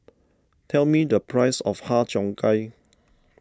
tell me the price of Har Cheong Gai